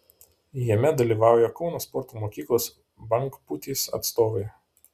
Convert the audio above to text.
jame dalyvauja kauno sporto mokyklos bangpūtys atstovai